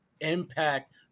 impact